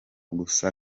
gusa